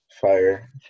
Fire